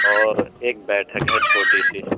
اور ایک بیٹھک ہے چھوٹی سی